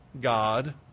God